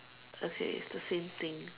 okay it's the same thing